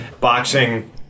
boxing